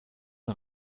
den